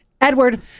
Edward